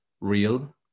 real